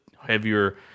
heavier